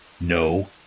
No